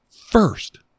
first